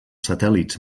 satèl·lits